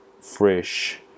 fresh